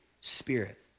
Spirit